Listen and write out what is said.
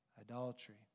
adultery